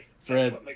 Fred